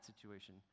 situation